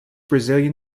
brazilian